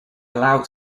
allowed